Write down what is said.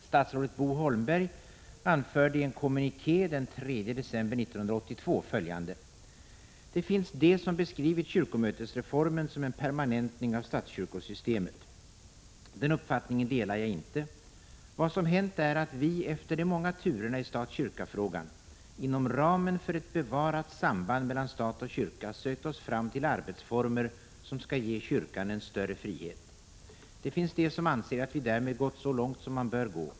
Statsrådet Bo Holmberg anförde i en kommuniké den 3 december 1982 följande: ”Det finns de som beskrivit kyrkomötesreformen som en permanentning av statskyrkosystemet. Den uppfattningen delar jag inte. Vad som hänt är att vi — efter de många turerna i stat-kyrka-frågan — inom ramen för ett bevarat samband mellan stat och kyrka sökt oss fram till arbetsformer som skall ge kyrkan en större frihet. Det finns de som anser att vi därmed gått så långt som man bör gå.